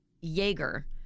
Jaeger